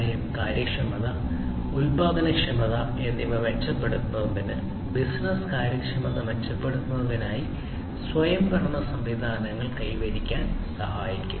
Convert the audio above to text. കാരണം കാര്യക്ഷമത ഉൽപാദനക്ഷമത എന്നിവ മെച്ചപ്പെടുത്തുന്നതിന് ബിസിനസ്സ് കാര്യക്ഷമത മെച്ചപ്പെടുത്തുന്നതിനായി സ്വയംഭരണ സംവിധാനങ്ങൾ കൈവരിക്കാൻ സഹായിക്കും